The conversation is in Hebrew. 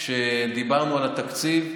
כשדיברנו על התקציב,